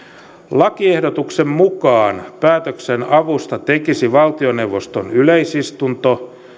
lakiehdotuksen mukaan päätöksen avusta tekisi valtioneuvoston yleisistunto